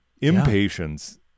Impatience